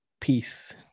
Peace